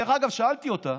דרך אגב, שאלתי אותה: